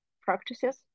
practices